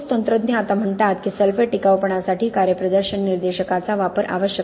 ठोस तंत्रज्ञ आता म्हणतात की सल्फेट टिकाऊपणासाठी कार्यप्रदर्शन निर्देशकांचा वापर आवश्यक आहे